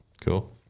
cool